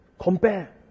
Compare